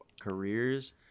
careers